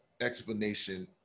explanation